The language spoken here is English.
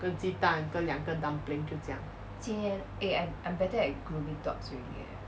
跟鸡蛋跟两个 dumpling 就这样